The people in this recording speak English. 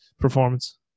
performance